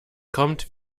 kommt